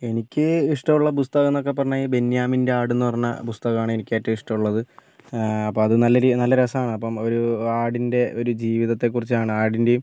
എനിക്ക് ഇഷ്ടമുള്ള പുസ്തകം എന്നൊക്കെ പറഞ്ഞാൽ ബെന്യാമിൻ്റെ ആട് എന്ന് പറഞ്ഞ പുസ്തകം ആണ് എനിക്ക് ഏറ്റവും ഇഷ്ടമുള്ളത് അപ്പോൾ അത് നല്ല രീതി നല്ല രസമാണ് അപ്പോൾ ഒരാടിൻറെ ഒരു ജീവിതത്തെ കുറിച്ചാണ് ആടിൻ്റെയും